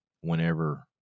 whenever